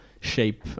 shape